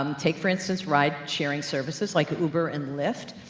um take for instance ride-sharing services like uber and lyft.